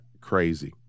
crazy